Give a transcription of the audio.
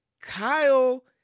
Kyle